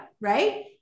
Right